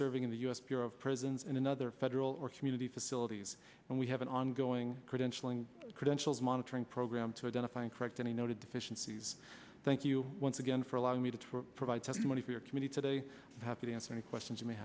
serving in the u s bureau of prisons in another federal or community facilities and we have an ongoing credentialing credentials monitoring program to identify and correct any noted deficiencies thank you once again for allowing me to provide testimony for your committee today happy to answer any questions you may